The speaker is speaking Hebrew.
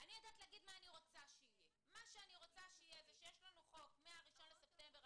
מה שאני רוצה שיהיה זה שיש לנו חוק מ-1 לספטמבר,